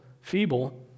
feeble